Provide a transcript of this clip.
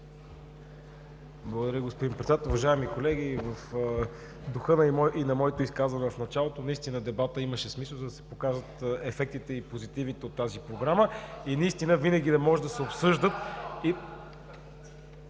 Благодаря, господин Председател. Уважаеми колеги, в духа и на моето изказване в началото, наистина дебатът имаше смисъл, за да се покажат ефектите и позитивите от тази Програма и наистина да може и в бъдеще…